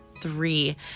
three